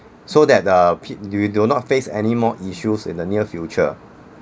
so that the p~ you do not face any more issues in the near future